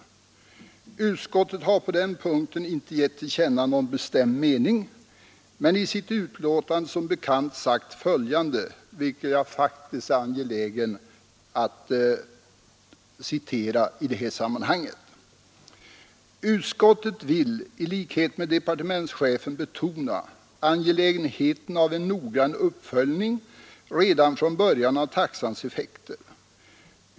Utskottet har på den punkten inte givit till känna någon bestämd mening men i sitt betänkande som bekant uttalat följande, vilket jag i detta sammanhang faktiskt är angelägen att citera: ”Utskottet vill i likhet med departementschefen betona angelägenheten av en noggrann uppföljning redan från början av taxans effekter.